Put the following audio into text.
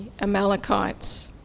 Amalekites